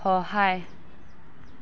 সহায়